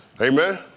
Amen